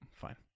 fine